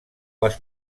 les